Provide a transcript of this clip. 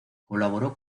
colaboró